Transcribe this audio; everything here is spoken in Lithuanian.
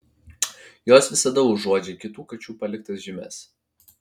jos visada uodžia kitų kačių paliktas žymes